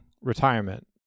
retirement